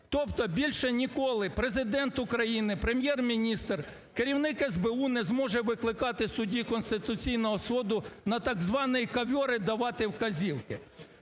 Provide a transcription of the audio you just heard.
Тобто більше ніколи Президент України, Прем'єр-міністр, керівник СБУ не зможе викликати суддів Конституційного Суду на, так званий, ковьор і давати вказівки.